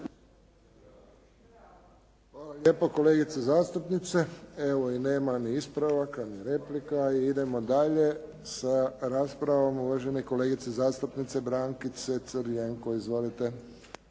Hvala lijepo kolegice zastupnice. Evo nema ni ispravaka, ni replika. Idemo dalje sa raspravom. Uvažena kolegica zastupnica Brankica Crljenko. Izvolite.